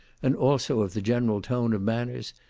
and also of the general tone of manners,